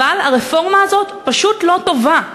אבל הרפורמה הזאת פשוט לא טובה.